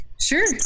Sure